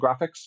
graphics